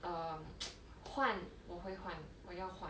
um 换也可以换有没有换